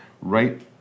right